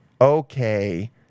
okay